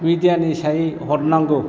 मिडियानिफ्राय हरनांगौ